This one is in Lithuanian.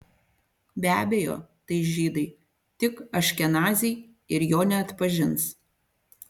be abejo tai žydai tik aškenaziai ir jo neatpažins